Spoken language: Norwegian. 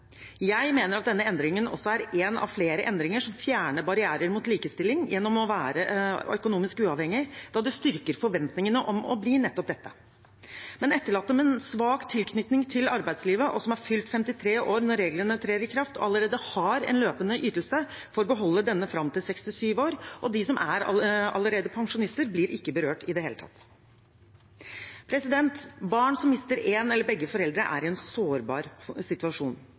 Jeg mener at denne endringen også er én av flere endringer som fjerner barrierer mot likestilling gjennom å være økonomisk uavhengig, og det styrker forventningene om å bli nettopp dette. Etterlatte med svak tilknytning til arbeidslivet som har fylt 53 år når reglene trer i kraft, og som allerede har en løpende ytelse, får beholde denne fram til 67 år, og de som allerede er pensjonister, blir ikke berørt i det hele tatt. Barn som mister én eller begge foreldre, er i en sårbar situasjon.